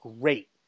great